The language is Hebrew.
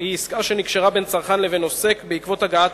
היא עסקה שנקשרה בין צרכן לבין עוסק בעקבות הגעת